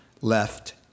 left